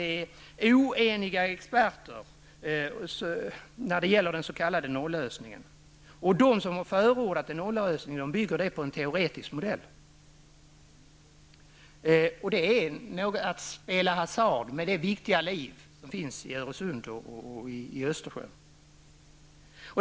Vi kan konstatera att experterna är oeniga om den s.k. nollösningen. De som har förordat en nollösning bygger sitt resonemang på en teoretisk modell. Detta är att spela hasard med det viktiga liv som finns i Öresund och Östersjön.